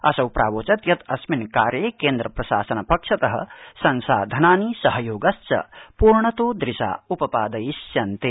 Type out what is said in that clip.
असौ प्रावोचत् यत् अस्मिन् कार्ये केन्द्र प्रशासन पक्षत संसाधनानि सहयोगश्च पूर्णतोदृशा उपपादयिष्यन्ते